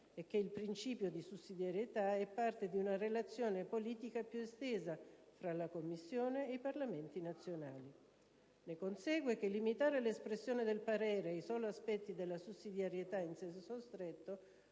e che il principio di sussidiarietà è parte di una relazione politica più estesa tra la Commissione e i Parlamenti nazionali. Ne consegue che limitare l'espressione del parere ai soli aspetti della sussidiarietà in senso stretto,